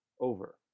over